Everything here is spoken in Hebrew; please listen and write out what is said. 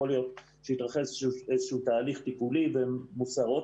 יכול להיות שהתרחש איזשהו תהליך טיפולי והן מוסרות